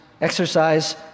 exercise